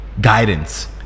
guidance